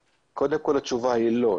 קודם כל, התשובה היא לא.